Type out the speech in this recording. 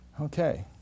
Okay